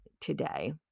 today